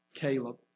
Caleb